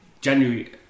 January